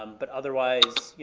um but otherwise,